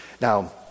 Now